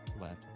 Let